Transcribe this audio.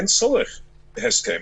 אין צורך בהסכם.